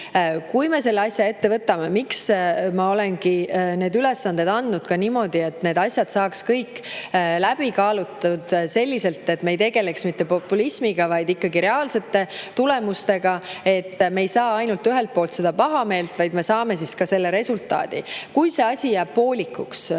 kui me selle asja ette võtame, siis ma olengi need ülesanded andnud niimoodi, et need asjaolud saaks kõik läbi kaalutud selliselt, et me ei tegeleks mitte populismiga, vaid [jõuaksime] ikkagi reaalsete tulemusteni. Siis me ei saa ainult ühelt poolt seda pahameelt, vaid me saame ka selle resultaadi. Kui see asi jääb poolikuks